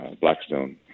blackstone